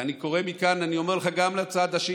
אני קורא מכאן, אני אומר לך, גם לצד השני,